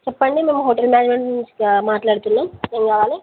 చెప్పండి మేము hotel management నుంచి మాట్లాడుతున్నాము ఏం కావాలి